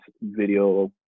video